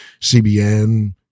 CBN